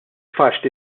faċli